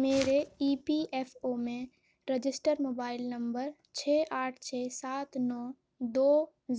میرے E P F O میں register mobile number چھ آٹھ چھ سات نو دو